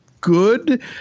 Good